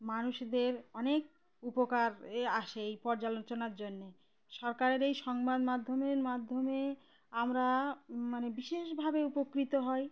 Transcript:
মানুষদের অনেক উপকারে আসে এই পর্যালোচনার জন্যে সরকারের এই সংবাদ মাধ্যমের মাধ্যমে আমরা মানে বিশেষভাবে উপকৃত হই